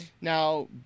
Now